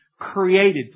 created